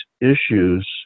issues